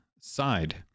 side